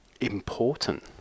important